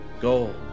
gold